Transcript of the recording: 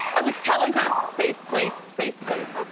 i was telling her safe place, safe place. of